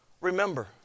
Remember